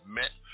met